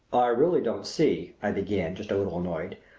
i really don't see, i began, just a little annoyed,